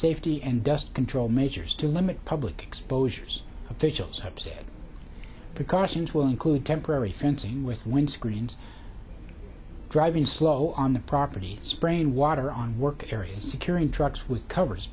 safety and dust control measures to limit public exposures officials have said because it will include temporary fencing with windscreens driving slow on the property spraying water on work areas securing trucks with covers